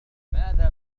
ماذا